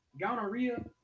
gonorrhea